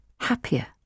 happier